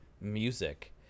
music